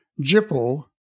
Jippo